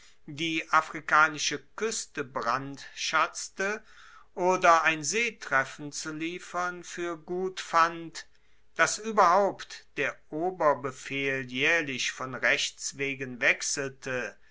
die afrikanische kueste brandschatzte oder ein seetreffen zu liefern fuer gut fand dass ueberhaupt der oberbefehl jaehrlich von rechts wegen wechselte